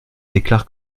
déclare